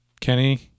Kenny